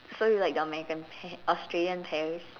so you like the American pear Australian pears